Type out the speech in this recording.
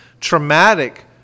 traumatic